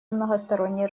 многосторонней